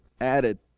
added